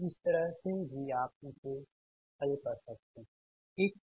तोइस तरह से भी आप इसे से हल कर सकते हैं ठीक